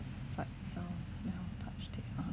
sight sound smell touch taste (uh huh)